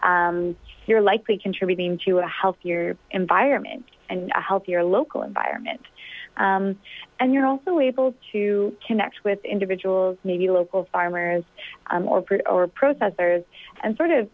you're likely contributing to a healthier environment and a healthier local environment and you're also able to connect with individuals maybe local farmers or group or processors and sort of